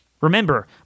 Remember